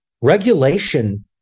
regulation